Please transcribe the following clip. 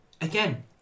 again